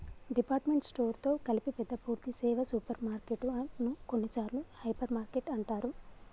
department store తో కలిపి పెద్ద పూర్థి సేవ సూపర్ మార్కెటు ను కొన్నిసార్లు హైపర్ మార్కెట్ అంటారు